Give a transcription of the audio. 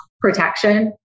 protection